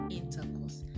intercourse